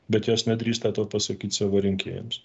bet jos nedrįsta to pasakyt savo rinkėjams